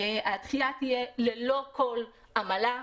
הדחייה תהיה ללא כל עמלה,